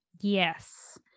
Yes